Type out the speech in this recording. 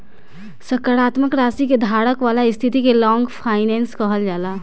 सकारात्मक राशि के धारक वाला स्थिति के लॉन्ग फाइनेंस कहल जाला